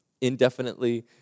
indefinitely